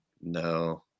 no